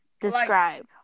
describe